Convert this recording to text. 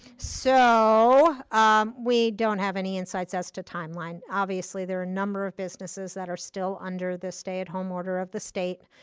so we don't have any insights as to timeline. obviously there are a number of businesses that are still under the stay-at-home order of the state.